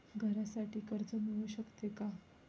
घरासाठी कर्ज मिळू शकते का?